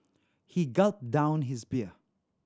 he gulped down his beer